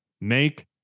Make